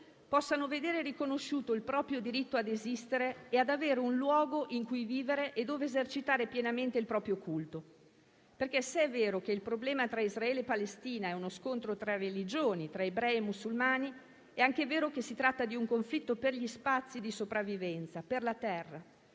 possano vedere riconosciuto il proprio diritto a esistere e ad avere un luogo in cui vivere e dove esercitare pienamente il proprio culto. Infatti, se è vero che il problema tra Israele e Palestina è uno scontro tra religioni, tra ebrei e musulmani, è anche vero che si tratta di un conflitto per gli spazi di sopravvivenza, per la terra.